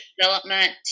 development